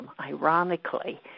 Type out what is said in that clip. ironically